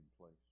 place